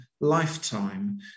lifetime